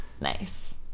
Nice